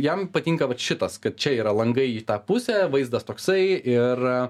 jam patinka vat šitas kad čia yra langai į tą pusę vaizdas toksai ir